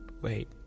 Wait